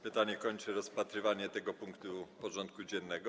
Pytanie to kończy rozpatrywanie tego punktu porządku dziennego.